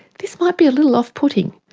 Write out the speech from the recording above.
this might be a little off-putting,